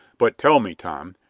but tell me, tom,